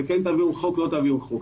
כן תעבירו חוק או לא תעבירו חוק.